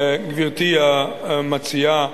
גברתי המציעה,